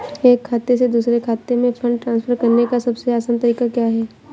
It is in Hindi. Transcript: एक खाते से दूसरे खाते में फंड ट्रांसफर करने का सबसे आसान तरीका क्या है?